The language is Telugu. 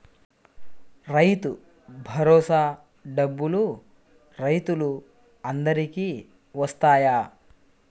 రైతు భరోసా డబ్బులు రైతులు అందరికి వస్తాయా?